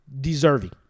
deserving